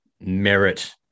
merit